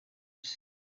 isi